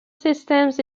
systems